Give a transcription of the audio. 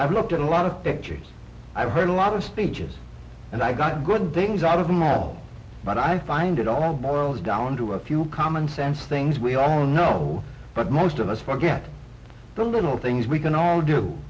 i've looked at a lot of pictures i've heard a lot of speeches and i got good things out of them at all but i find it all boils down to a few common sense things we all know but most of us forget the little things we can all do